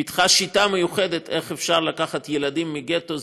ופיתחה שיטה מיוחדת איך אפשר לקחת ילדים מהגטו.